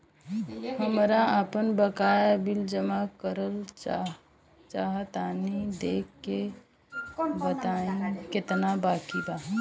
हमरा आपन बाकया बिल जमा करल चाह तनि देखऽ के बा ताई केतना बाकि बा?